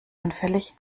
anfällig